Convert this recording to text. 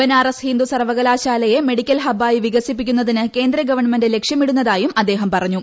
ബനാറസ് ഹിന്ദു സർവകലാശാലയെ മെഡിക്ക്ൽ ഹ്ബ്ബായി വികസിപ്പിക്കുന്നതിന് കേന്ദ്രഗവൺമെന്റ് ലക്ഷ്യമിടുന്ന്തായും അദ്ദേഹം പറഞ്ഞു